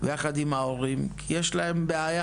ויחד עם ההורים כי יש להם בעיה.